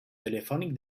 telefònic